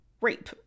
rape